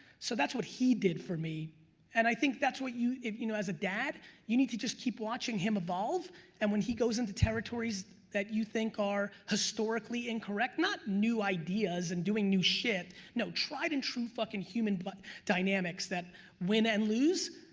so that's what he did for me and i think that's what you, you know as a dad you need to just keep watching him evolve and when he goes into territories that you think are historically incorrect not new ideas and doing new shit no tried-and-true fuckin' human but dynamics that win and lose,